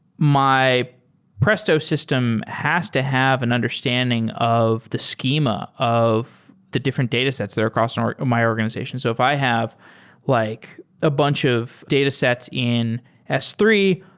my presto system has to have an understanding of the schema of the different datasets that across ah my organization. so if i have like a bunch of datasets in s three,